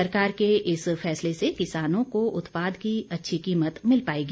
सरकार के इस फैसले से किसानों को उत्पाद की अच्छी कीमत मिल पाएगी